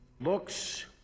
Looks